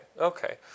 Okay